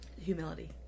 Humility